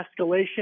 escalation